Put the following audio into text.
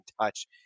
touch